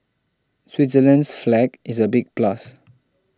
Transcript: Switzerland's flag is a big plus